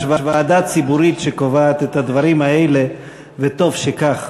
יש ועדה ציבורית שקובעת את הדברים האלה, וטוב שכך.